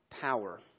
power